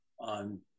on